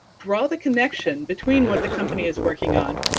draw the connection between what the company is working on,